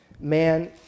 man